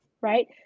right